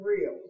real